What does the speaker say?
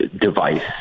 device